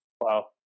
wow